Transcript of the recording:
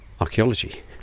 archaeology